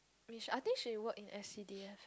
Mich I think she work in S_C_D_F